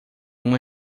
uma